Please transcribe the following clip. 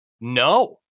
no